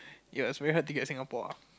ya it's very hard to get Singapore ah